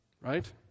Right